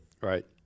Right